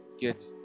get